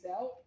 out